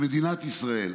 במדינת ישראל